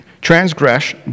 transgress